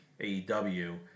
AEW